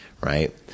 right